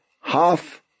half